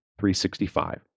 365